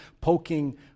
poking